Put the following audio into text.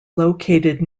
located